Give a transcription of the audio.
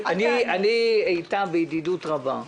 אני איתה בידידות רבה.